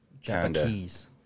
Japanese